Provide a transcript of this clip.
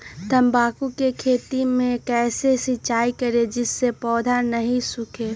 तम्बाकू के खेत मे कैसे सिंचाई करें जिस से पौधा नहीं सूखे?